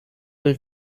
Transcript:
will